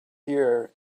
year